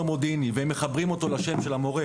מודיעיני והם מחברים אותו לשם של המורה,